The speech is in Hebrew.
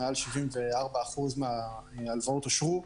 מעל 74% מההלוואות אושרו,